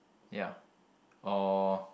ya or